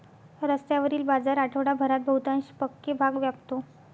रस्त्यावरील बाजार आठवडाभरात बहुतांश पक्के भाग व्यापतो